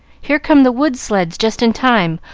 here come the wood-sleds just in time.